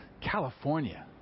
California